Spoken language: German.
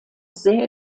sehr